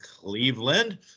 Cleveland